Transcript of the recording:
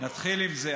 נתחיל עם זה.